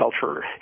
culture